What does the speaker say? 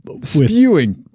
Spewing